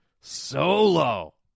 Solo